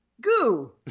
goo